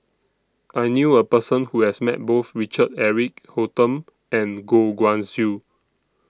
I knew A Person Who has Met Both Richard Eric Holttum and Goh Guan Siew